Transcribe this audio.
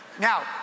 Now